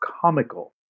comical